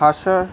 ভাষা